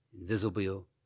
invisible